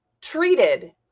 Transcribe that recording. treated